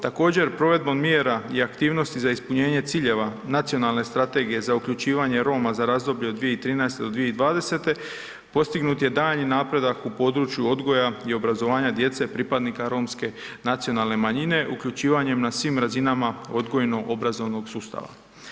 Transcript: Također, provedbom mjera i aktivnosti za ispunjenje ciljeva nacionalne Strategije za uključivanje Roma za razdoblje od 2013. do 2020., postignut je daljnji napredak u području odgoja i obrazovanja pripadnika romske nacionalne manjine, uključivanjem na svim razinama odgojno-obrazovnog sustava.